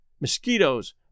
mosquitoes